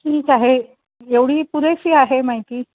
ठीक आहे एवढी पुरेशी आहे माहिती